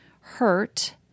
hurt